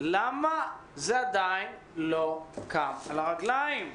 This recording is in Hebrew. למה זה עדיין לא קם על הרגליים?